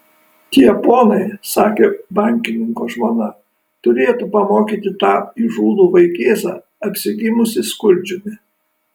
tie ponai sakė bankininko žmona turėtų pamokyti tą įžūlų vaikėzą apsigimusį skurdžiumi